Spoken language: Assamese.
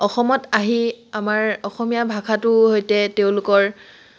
অসমত আহি আমাৰ অসমীয়া ভাষাটো সৈতে তেওঁলোকৰ